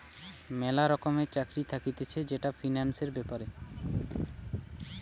ম্যালা রকমের চাকরি থাকতিছে যেটা ফিন্যান্সের ব্যাপারে